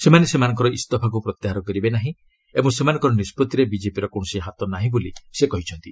ସେମାନେ ସେମାନଙ୍କର ଇସ୍ତଫାକୁ ପ୍ରତ୍ୟାହାର କରିବେ ନାହିଁ ଓ ସେମାନଙ୍କର ନିଷ୍ପଭିରେ ବିଜେପିର କୌଣସି ହାତ ନାହିଁ ବୋଲି ସେ କହିଛନ୍ତି